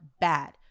bad